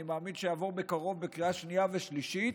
אני מאמין שזה יעבור בקרוב בקריאה שנייה ושלישית.